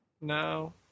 no